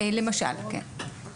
למשל, כן.